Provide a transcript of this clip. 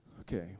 Okay